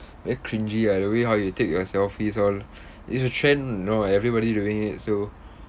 very cringy ah the way how you take your selfies all it's a trend you know everybody doing it so